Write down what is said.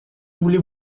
voulez